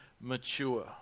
mature